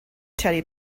teddy